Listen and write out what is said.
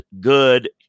good